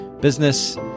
business